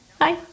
Hi